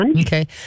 Okay